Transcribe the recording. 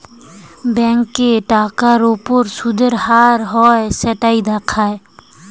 ব্যাংকে টাকার উপর শুদের হার হয় সেটাই দেখার